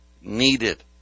needed